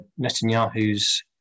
Netanyahu's